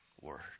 word